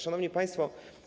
Szanowni Państwo!